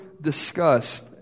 discussed